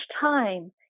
time